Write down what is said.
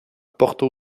porto